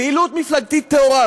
פעילות מפלגתית טהורה.